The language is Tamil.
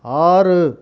ஆறு